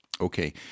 Okay